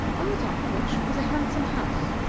on the top of which was a handsome house,